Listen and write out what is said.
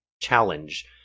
challenge